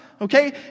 Okay